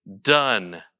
Done